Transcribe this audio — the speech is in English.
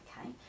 okay